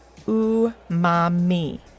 Umami